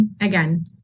again